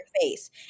face